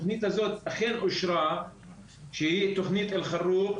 היא אכן אושרה שהיא תכנית אל-חרוב,